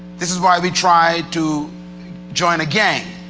this is why we try to join a gang,